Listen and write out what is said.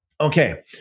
okay